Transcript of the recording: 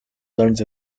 learns